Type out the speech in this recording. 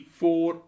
four